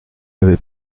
avait